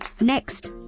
Next